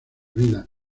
vidas